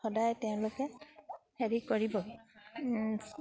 সদায় তেওঁলোকে হেৰি কৰিব